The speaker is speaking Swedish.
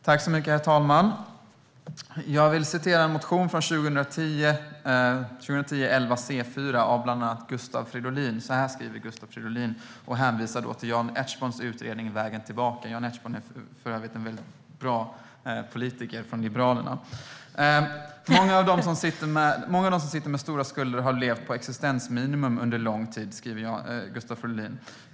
Herr talman! Jag vill citera från motion 2010/11:C4 av bland andra Gustav Fridolin, där det bland annat hänvisas till Jan Ertsborns utredning Vägen tillbaka för överskuldsatta . Jan Ertsborn är för övrigt en mycket bra politiker från Liberalerna. I motionen kan man läsa följande: "Många av dem som sitter med stora skulder har levt på existensminimum under lång tid.